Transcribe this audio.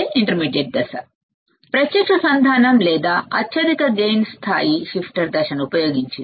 intermediate దశ ప్రత్యక్ష సంధానం లేదా అత్యధిక గైన్ లెవెల్ షిఫ్టర్ దశను ఉపయోగించింది